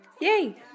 Yay